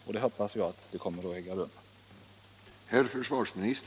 Jag hoppas att så kommer att bli fallet.